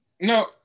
No